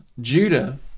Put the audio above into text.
Judah